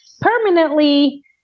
permanently